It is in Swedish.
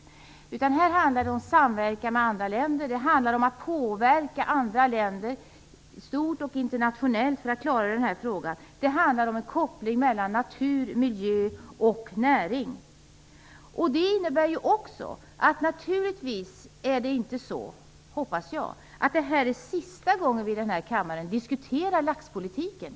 Det handlar här om samverkan med andra länder, om att påverka andra länder internationellt på bred front för att klara den här frågan. Det handlar om en koppling mellan natur, miljö och näring. Jag hoppas att detta inte är sista gången som vi i den här kammaren diskuterar laxpolitiken.